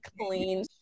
clean